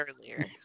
earlier